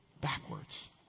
backwards